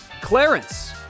Clarence